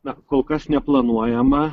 na kol kas neplanuojama